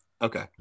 Okay